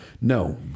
No